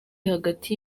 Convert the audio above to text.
hagati